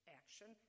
action